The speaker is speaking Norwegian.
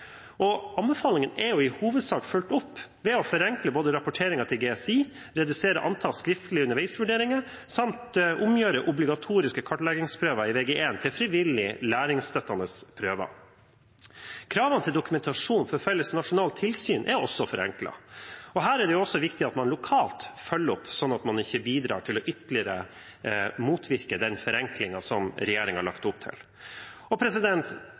skolen. Anbefalingen er i hovedsak fulgt opp ved å forenkle rapporteringen til GSI, redusere antall skriftlige underveisvurderinger samt omgjøre obligatoriske kartleggingsprøver i Vg1 til frivillige, læringsstøttende prøver. Kravene til dokumentasjon i forbindelse med felles nasjonalt tilsyn er også forenklet. Her er det også viktig at man følger opp lokalt, slik at man ikke bidrar til ytterligere å motvirke den forenklingen som regjeringen har lagt opp til.